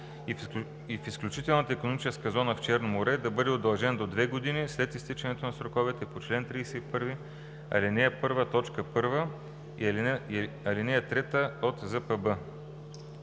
и в изключителната икономическа зона в Черно море да бъде удължен до две години след изтичането на сроковете по чл. 31, ал. 1, т. 1 и ал. 3 от